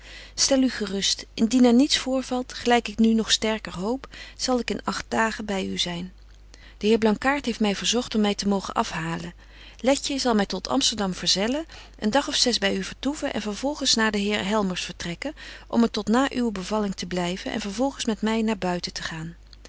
stel u gerust indien er niets voorvalt gelyk ik nu nog sterker hoop zal ik in agt dagen by u zyn de heer blankaart heeft wy verzogt om my te mogen af halen letje zal my tot amsterdam verzellen een dag of zes by u vertoeven en vervolgens naar den heer helmers vertrekken om er tot na uwe bevalbetje wolff en aagje deken historie van mejuffrouw sara burgerhart ling te blyven en vervolgens met my naar buiten te gaan